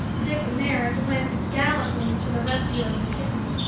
dick merrit went gallantly to the rescue of the kitten.